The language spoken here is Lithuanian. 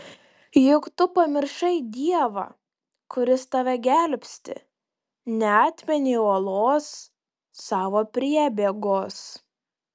juk tu pamiršai dievą kuris tave gelbsti neatmeni uolos savo priebėgos